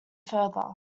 further